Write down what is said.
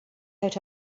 out